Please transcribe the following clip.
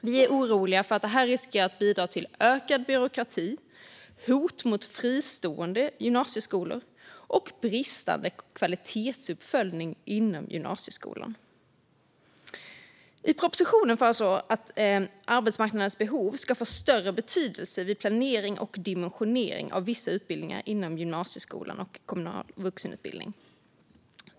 Vi är oroliga för att den riskerar att bidra till ökad byråkrati, hot mot fristående gymnasieskolor och bristande kvalitetsuppföljning inom gymnasieskolan. I propositionen föreslås att arbetsmarknadens behov ska få större betydelse vid planering och dimensionering av vissa utbildningar inom gymnasieskolan och kommunal vuxenutbildning.